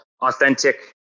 authentic